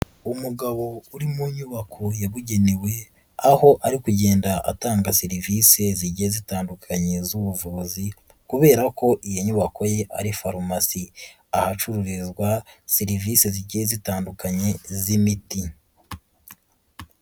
Umugabo uri mu nyubako yabugenewe aho ari kugenda atanga serivise zigiye zitandukanye z'ubuvuzi kubera ko iyo nyubako ye ari farumasi ahacururizwa serivise zigiye zitandukanye z'imiti.